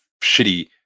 shitty